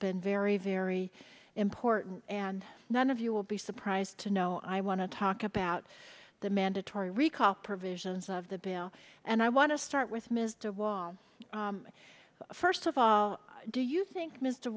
been very very important and none of you will be surprised to know i want to talk about the mandatory recall provisions of the bill and i want to start with mr well first of all do you think mr